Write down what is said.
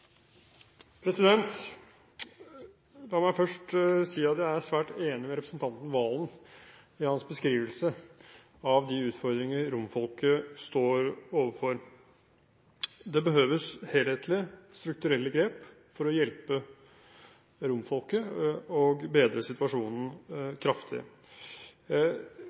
La meg først si at jeg er svært enig med representanten Serigstad Valens i hans beskrivelse av de utfordringer romfolket står overfor. Det behøves helhetlige strukturelle grep for å hjelpe romfolket og bedre situasjonen kraftig.